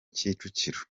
kicukiro